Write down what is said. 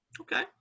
Okay